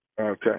Okay